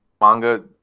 manga